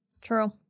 true